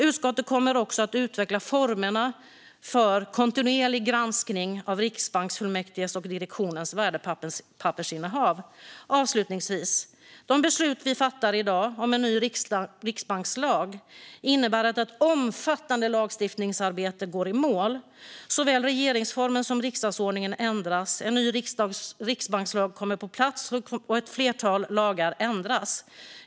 Utskottet kommer också att utveckla formerna för kontinuerlig granskning av riksbanksfullmäktiges och direktionens värdepappersinnehav. Avslutningsvis: De beslut vi fattar i dag om en ny riksbankslag innebär att ett omfattande lagstiftningsarbete går i mål. Såväl regeringsformen som riksdagsordningen ändras, en ny riksbankslag kommer på plats och ett flertal lagar ändras.